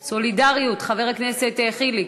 סולידריות, חבר הכנסת חיליק,